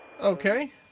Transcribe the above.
Okay